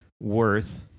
worth